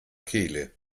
kehle